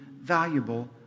valuable